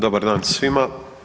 Dobar dan svima.